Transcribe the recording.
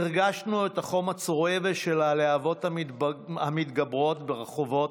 הרגשנו את החום הצורב של הלהבות המתגברות ברחובות,